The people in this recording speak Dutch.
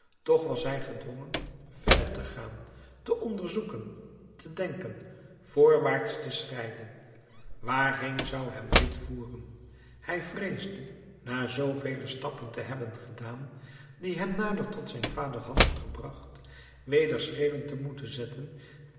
toch was hij gedwongen verder te gaan te onderzoeken te denken voorwaarts te schrijden waarheen zou hem dit voeren hij vreesde na zoo vele stappen te hebben gedaan die hem nader tot zijn vader hadden gebracht weder schreden te moeten zetten